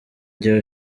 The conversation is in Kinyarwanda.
gihe